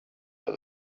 that